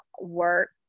work